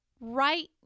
right